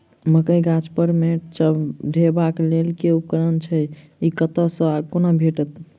मकई गाछ पर मैंट चढ़ेबाक लेल केँ उपकरण छै? ई कतह सऽ आ कोना भेटत?